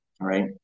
right